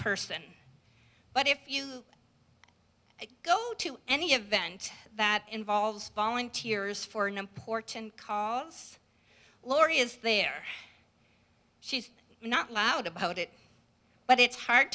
person but if you go to any event that involves volunteers for an important call laurie is there she's not loud about it but it's hard